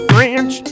French